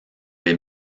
les